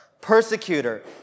persecutor